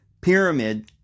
pyramid